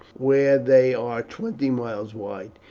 where they are twenty miles wide.